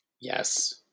Yes